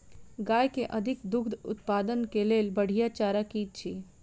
गाय केँ अधिक दुग्ध उत्पादन केँ लेल बढ़िया चारा की अछि?